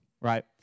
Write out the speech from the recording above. right